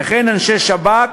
וכן אנשי שב"כ,